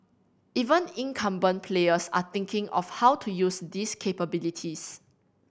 even incumbent players are thinking of how to use these capabilities